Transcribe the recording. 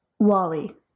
wally